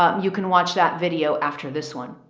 um you can watch that video. after this one,